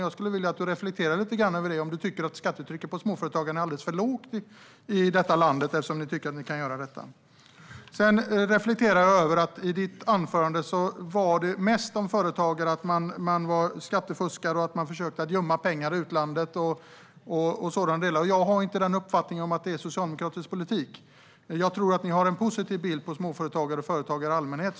Jag skulle vilja att du reflekterade lite grann kring om du tycker att skattetrycket på småföretagarna är alldeles för lågt i det här landet, eftersom ni genomför detta. I ditt anförande talade du mest om företagare som att de är skattefuskare och att man försöker att gömma pengar i utlandet. Jag uppfattar inte det som socialdemokratisk politik. Jag tror att ni har en positiv bild av småföretagare och företagare i allmänhet.